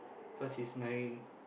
cause he's my